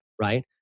Right